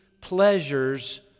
pleasures